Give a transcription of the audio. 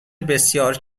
بسیار